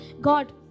god